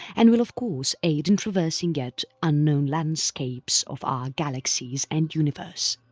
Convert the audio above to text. and will of course aid in traversing yet unknown landscapes of our galaxies and universe!